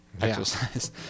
exercise